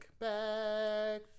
back